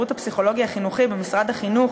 השירות הפסיכולוגי-ייעוצי במשרד החינוך,